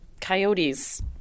Coyotes